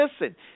listen